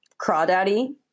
crawdaddy